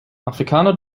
afrikaner